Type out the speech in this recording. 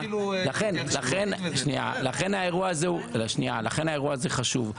לכן האירוע הזה חשוב,